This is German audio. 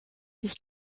sich